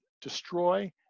destroy